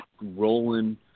rolling